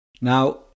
now